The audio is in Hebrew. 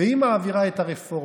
והיא מעבירה את הרפורמה.